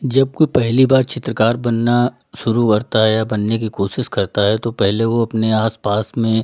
जब कोई पहली बार चित्रकार बनना शुरू करता है या बनने की कोशिश करता है तो पहले वो अपने आस पास में